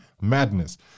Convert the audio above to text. madness